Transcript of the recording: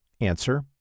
Answer